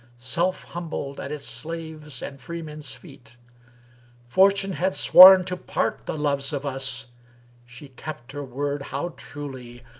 self humbled at its slaves' and freemen's feet fortune had sworn to part the loves of us she kept her word how truly,